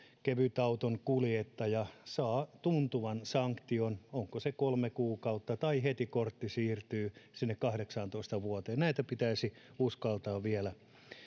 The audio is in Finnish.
kevytauton kuljettaja saa tuntuvan sanktion onko se kolme kuukautta tai heti kortti siirtyy sinne kahdeksaantoista vuoteen näitä pitäisi uskaltaa vielä